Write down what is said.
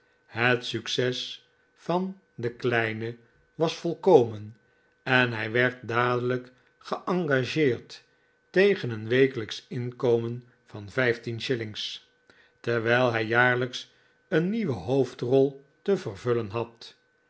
het succes van den kleinen was volkomen en hij werd dadelijk geengageerd tegen een wekelijksch inkomen van vijf tien shillings terwijl hij jaarlijks eene nieuwe hoofdrol te vervullen had